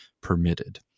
permitted